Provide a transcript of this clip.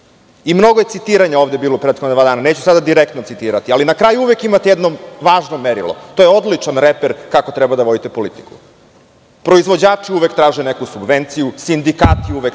je citiranja ovde bilo u prethodna dva dana. Neću sada direktno citirati, ali, na kraju, uvek imate jedno važno merilo. To je odličan reper kako treba da vodite politiku. Proizvođači uvek traže neku subvenciju, sindikati uvek traže